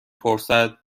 پرسد